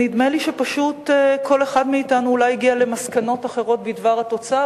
נדמה לי שפשוט כל אחד מאתנו אולי הגיע למסקנות אחרות בדבר התוצאה,